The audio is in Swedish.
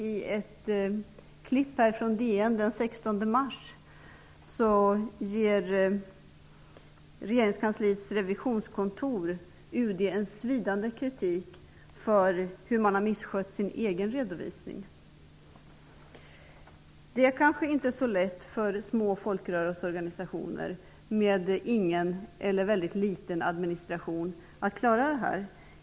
Enligt ett klipp från DN den 16 mars ger regeringskansliets revisionskontor UD en svidande kritik för hur man har misskött sin egen redovisning. Det kanske inte är så lätt för små folkrörelseorganisationer med ingen eller väldigt liten administration att klara det här.